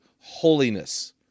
holiness